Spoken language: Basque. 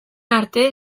arte